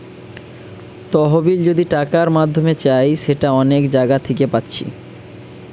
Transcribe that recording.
তহবিল যদি টাকার মাধ্যমে চাই সেটা অনেক জাগা থিকে পাচ্ছি